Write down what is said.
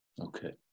okay